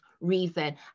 reason